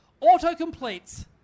auto-completes